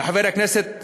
על-ידי חבר הכנסת,